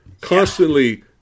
Constantly